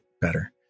better